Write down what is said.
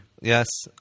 Yes